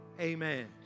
amen